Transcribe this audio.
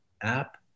app